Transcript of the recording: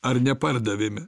ar nepardavėme